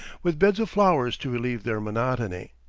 with beds of flowers to relieve their monotony.